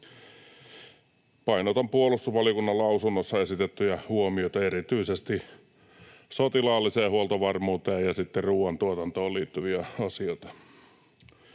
Painotan puolustusvaliokunnan lausunnossa esitettyjä huomioita, erityisesti sotilaalliseen huoltovarmuuteen ja sitten ruuantuotantoon liittyviä asioita.